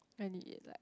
any like